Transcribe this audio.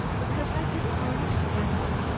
because i didn't want a scandal.